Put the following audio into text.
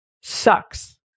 sucks